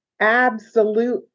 absolute